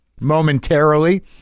momentarily